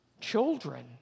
children